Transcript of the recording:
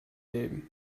leben